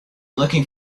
looking